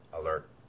alert